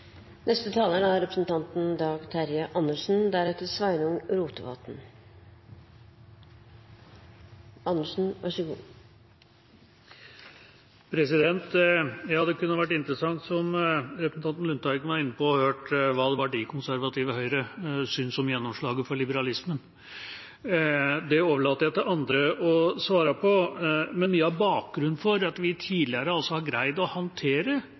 Ja, det kunne ha vært interessant, som representanten Lundteigen var inne på, å høre hva det verdikonservative Høyre synes om gjennomslaget for liberalismen. Det overlater jeg til andre å svare på. Men mye av bakgrunnen for at vi tidligere har greid å håndtere